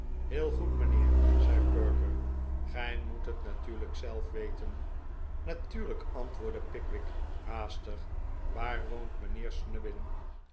heel goed mijnheer zei perker gij moet het natuurlijk zelf weten natuurlijk antwoordde pickwick haastig waar woont mijnheer